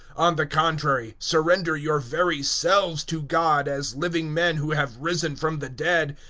on the contrary surrender your very selves to god as living men who have risen from the dead,